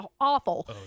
awful